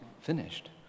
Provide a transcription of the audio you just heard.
finished